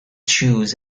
shoes